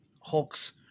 Hulk's